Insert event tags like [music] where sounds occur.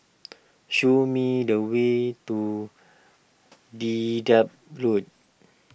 [noise] show me the way to Dedap Road